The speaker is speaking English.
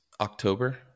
October